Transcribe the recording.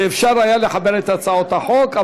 שאפשר היה לחבר את הצעות החוק,